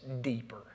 deeper